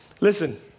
Listen